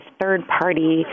third-party